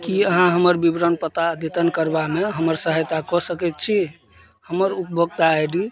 की अहाँ हमर विवरण पता अद्यतन करबामे हमर सहायता कऽ सकैत छी हमर उपभोक्ता आइ डी